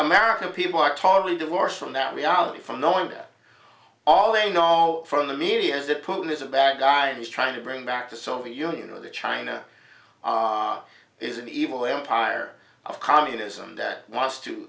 american people are totally divorced from that reality from knowing that all they know from the media is that putin is a bad guy and he's trying to bring back the soviet union or the china is an evil empire of communism that wants to